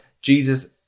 Jesus